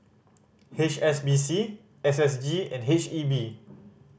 H S B C S S G and H E B